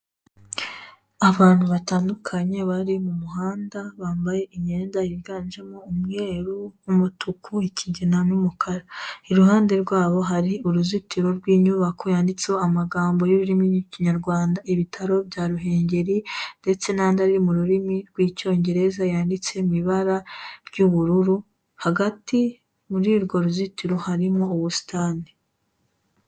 Abantu batandukanye bari mu muhanda, bambaye imyenda yiganjemo umweru, umutuku, ikigina n'umukara. Iruhande rwabo hari uruzitiro rw'inyubako yanditseho amagambo y'ururimi rw'ikinyarwanda, ibitaro bya Ruhengeri ndetse n'andi ari mu rurimi rw'icyongereza yanditse mu ibara ry'ubururu, hagati muri urwo ruzitiro harimo ubusitani.